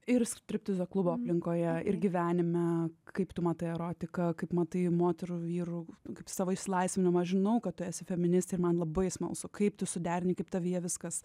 ir striptizo klubo aplinkoje ir gyvenime kaip tu matai erotiką kaip matai moterų vyrų kaip savo išsilaisvinimą žinau kad esi feministė ir man labai smalsu kaip tu suderini kaip tavyje viskas